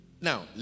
Now